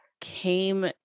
came